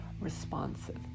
responsive